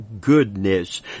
goodness